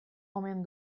omen